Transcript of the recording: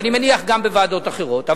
ואני מניח שגם בוועדות אחרות,